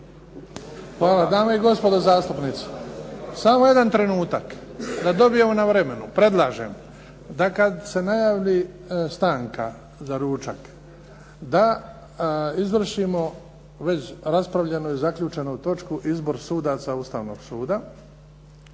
Hvala. Dame i gospodo zastupnici. Samo jedan trenutak. Da dobijemo na vremenu predlažem da kad se najavi stanka za ručak da izvršimo već raspravljenu i zaključenu točku Izbor sudaca Ustavnog suda.